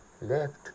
left